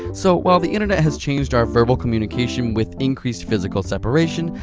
so while the internet has changed our verbal communication with increased physical separation,